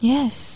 Yes